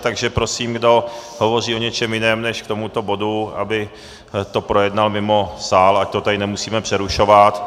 Takže prosím, kdo hovoří o něčem jiném než k tomuto bodu, aby to projednal mimo sál, ať to tady nemusíme přerušovat.